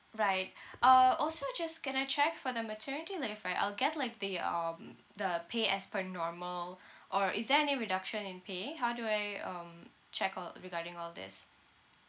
right uh also just can I check for the maternity leave right I'll get like the um the pay as per normal or is there any reduction in pay how do I um check all regarding all these